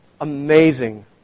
Amazing